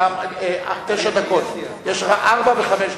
יש לך תשע דקות,